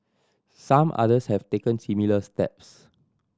some others have taken similar steps